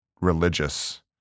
religious